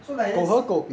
so like let's